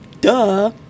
Duh